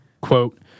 Quote